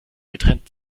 getrennt